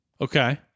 okay